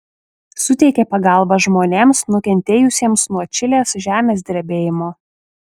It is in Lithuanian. suteikė pagalbą žmonėms nukentėjusiems nuo čilės žemės drebėjimo